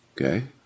Okay